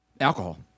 Alcohol